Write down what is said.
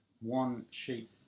one-sheet